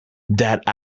that